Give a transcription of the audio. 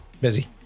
busy